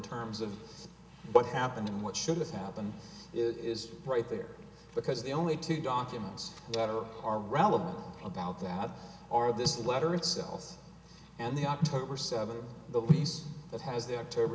terms of what happened and what should happen is right there because the only two documents that are are relevant about that are this letter itself and the october seventh least it has the